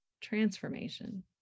transformation